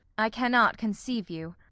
i cannot conceive you.